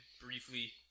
briefly